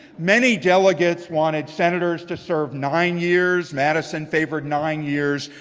many delegates wanted senators to serve nine years. madison favored nine years,